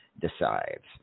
decides